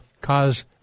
cause